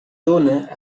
dóna